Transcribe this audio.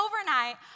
overnight